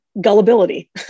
gullibility